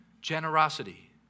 generosity